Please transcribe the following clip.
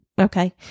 Okay